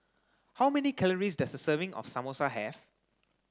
how many calories does a serving of Samosa have